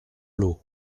l’eau